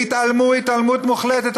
והתעלמו התעלמות מוחלטת.